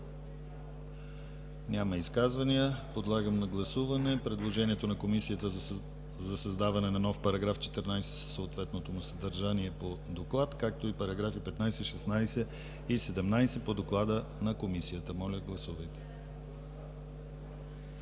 Няма изказвания. Подлагам на гласуване предложението на Комисията за създаване на нов § 14, със съответното му съдържание по доклад, както и параграфи 15, 16 и 17 по доклада на Комисията. Моля, гласувайте.